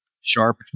sharp